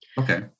Okay